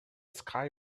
sky